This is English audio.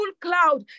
cloud